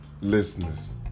listeners